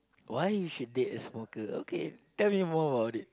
why you should date a small girl okay tell me more about it